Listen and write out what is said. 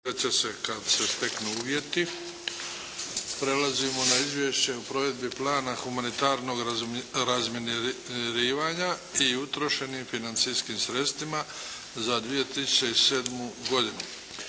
Luka (HDZ)** Prelazimo na - Izvješće o provedbi plana humanitarnog razminiravanja i utrošenim financijskim sredstvima za 2007. godinu.